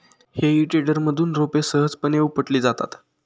हेई टेडरमधून रोपे सहजपणे उपटली जातात